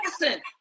listen